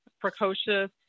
precocious